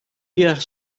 diğer